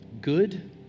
good